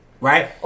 right